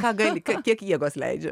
ką gali kiek jėgos leidžia